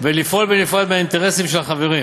ולפעול בנפרד מהאינטרסים של החברים,